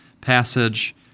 passage